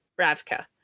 Ravka